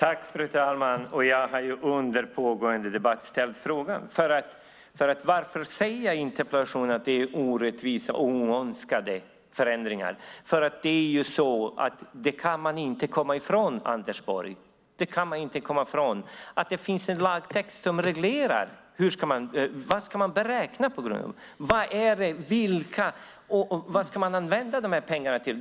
Fru talman! Jag har under pågående debatt ställt frågan. Varför säger jag i interpellationen att det är orättvisa och oönskade förändringar? Man kan ju inte, Anders Borg, komma ifrån att det finns en lagtext som reglerar hur man ska beräkna. Vad ska man använda pengarna till?